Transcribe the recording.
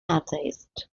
atheist